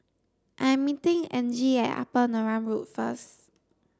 I am meeting Angie at Upper Neram Road first